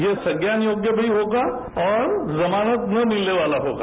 यह संज्ञान योग्य भी होगा और जमानत ने भिलने वाला होगा